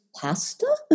pasta